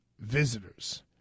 visitors